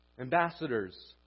Ambassadors